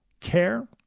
Care